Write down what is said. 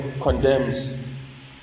condemns